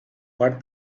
what